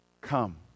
Come